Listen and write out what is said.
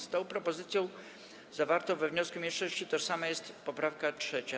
Z propozycją zawartą we wniosku mniejszości tożsama jest poprawka 3.